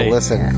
Listen